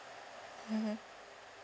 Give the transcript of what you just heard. mmhmm